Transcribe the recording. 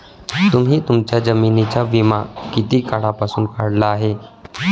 तुम्ही तुमच्या जमिनींचा विमा किती काळापासून काढला आहे?